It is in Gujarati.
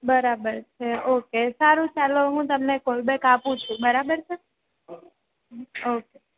બરાબર છે ઓકે સારું ચાલો હું તમને કોલ બેક આપું છું બરાબર સર ઓકે